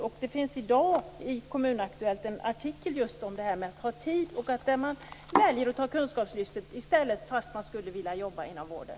I Kommun Aktuellt i dag finns det en artikel om just detta att ha tid. Man väljer i stället att ta kunskapslyftet fast man skulle vilja jobba inom vården.